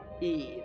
Eve